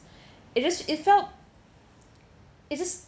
it just it felt it just